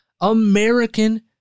American